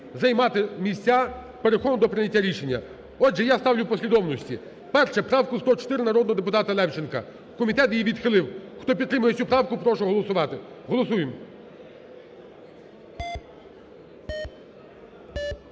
займати місця, переходимо до прийняття рішення. Отже, я ставлю в послідовності. Перше. Правку 104 народного депутата Левченка, комітет її відхилив. Хто підтримує цю правку, прошу голосувати, голосуємо.